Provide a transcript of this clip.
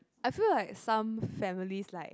I feel like some families like